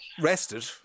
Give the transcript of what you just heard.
rested